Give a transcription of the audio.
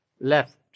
left